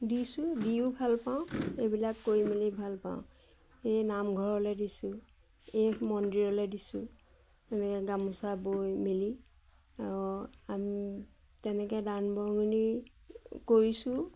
দিছোঁ দিও ভাল পাওঁ এইবিলাক কৰি মেলি ভাল পাওঁ এই নামঘৰলৈ দিছোঁ এই মন্দিৰলৈ দিছোঁ তেনেকৈ গামোচা বৈ মেলি অঁ আমি তেনেকৈ দান বৰঙণি কৰিছোঁ